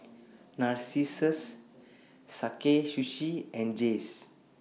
Narcissus Sakae Sushi and Jays